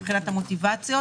מבחינת המוטיבציות.